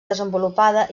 desenvolupada